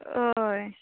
हय